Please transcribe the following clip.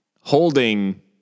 holding